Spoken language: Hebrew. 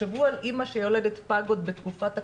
תחשבו על אמא שיולדת פג עוד בתקופת הקורונה,